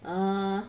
ah